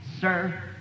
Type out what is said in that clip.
Sir